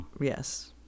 Yes